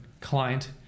client